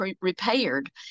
repaired